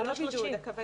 למה 30?